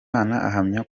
ahamya